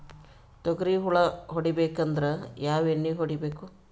ತೊಗ್ರಿ ಹುಳ ಹೊಡಿಬೇಕಂದ್ರ ಯಾವ್ ಎಣ್ಣಿ ಹೊಡಿಬೇಕು?